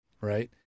right